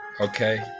Okay